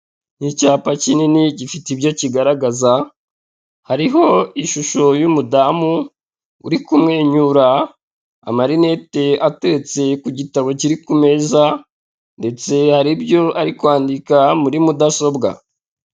Ni icyapa kinini gifite ibyo kigaragaza, hariho ishusho y'umudamu uri kumwenyura, amarinete ateretse ku gitabo kiri ku meza, ndetse hari ibyo ari kwandika muri mudasobwa.